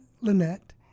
Lynette